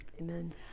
Amen